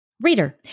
Reader